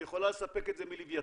היא יכולה לספק את זה מלווייתן.